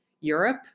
Europe